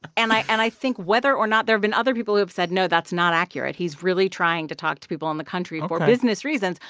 and i and i think whether or not there've been other people who've said, no, that's not accurate. he's really trying to talk to people on the country for business reasons.